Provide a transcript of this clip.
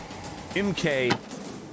Mk